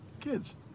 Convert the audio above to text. Kids